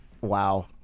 Wow